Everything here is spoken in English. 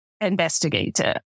investigator